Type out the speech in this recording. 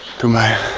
to my